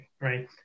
right